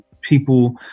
people